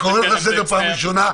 אני קורא לך לסדר פעם ראשונה.